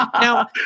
Now